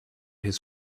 his